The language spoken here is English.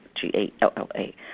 G-A-L-L-A